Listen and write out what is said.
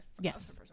Yes